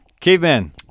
Caveman